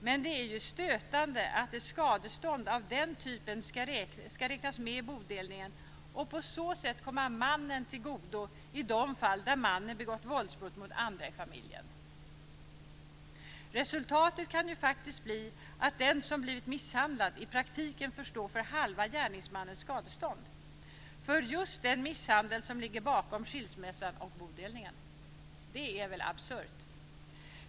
Men det är ju stötande att ett skadestånd av den typen ska räknas med i bodelningen och på så vis komma mannen till godo i de fall där mannen begått våldsbrott mot andra i familjen. Resultatet kan ju faktiskt bli att den som blivit misshandlad i praktiken får stå för halva gärningsmannens skadestånd för just den misshandel som ligger bakom skilsmässan och bodelningen. Det är väl absurt?